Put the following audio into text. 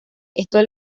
esto